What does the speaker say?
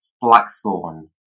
blackthorn